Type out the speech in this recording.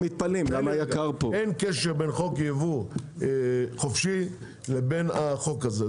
אין קשר בין חוק יבוא חופשי לבין החוק הזה,